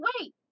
wait